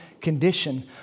condition